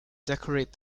decorate